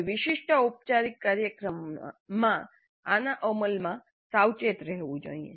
કોઈ વિશિષ્ટ ઔlપચારિક કાર્યક્રમમાં આના અમલમાં સાવચેત રહેવું જોઈએ